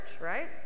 right